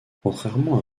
contrairement